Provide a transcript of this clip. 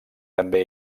també